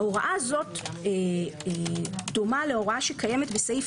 ההוראה הזאת דומה להוראה שקיימת בסעיף